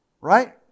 Right